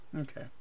Okay